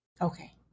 Okay